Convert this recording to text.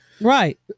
Right